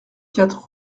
quatre